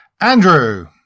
Andrew